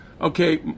okay